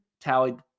tallied